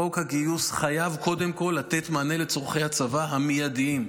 חוק הגיוס חייב קודם כול לתת מענה לצורכי הצבא המיידיים.